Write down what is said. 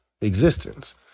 existence